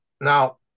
now